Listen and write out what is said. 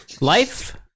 Life